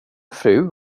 fru